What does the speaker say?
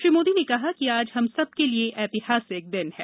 श्री मोदी ने कहा कि आज हम सबके लिए ऐतिहासिक दिन है